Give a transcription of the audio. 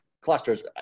clusters